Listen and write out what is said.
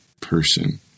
person